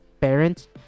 parents